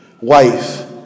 wife